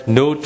no